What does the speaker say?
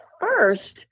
first